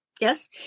Yes